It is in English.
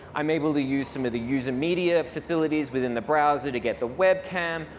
i'm able to use some of the user media facilities within the browser to get the webcam,